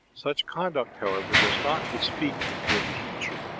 such conduct, however, does not bespeak the good teacher,